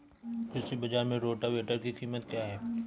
कृषि बाजार में रोटावेटर की कीमत क्या है?